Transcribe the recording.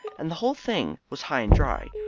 and the whole thing was high and dry,